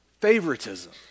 favoritism